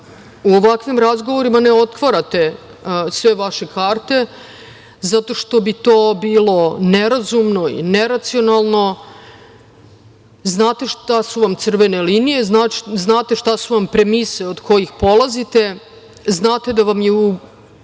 u ovakvim razgovorima ne otvarate sve vaše karte zato što bi to bilo nerazumno, neracionalno. Znate šta su vam crvene linije, znate šta su vam premise od kojih polazite, znate da vam je u